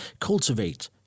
cultivate